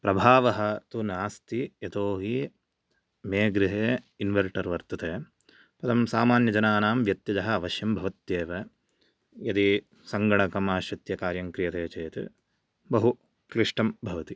प्रभावः तु नास्ति यतोहि मे गृहे इन्वर्टर् वर्तते परं सामान्यजनानां व्यत्ययः अवश्यं भवत्येव यदि सङ्गणकम् आश्रित्य कार्यं क्रियते चेत् बहु क्लिष्टं भवति